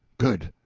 good,